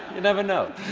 never know.